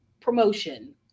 promotion